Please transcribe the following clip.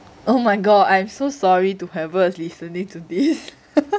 oh my god I'm so sorry to whoever is listening to this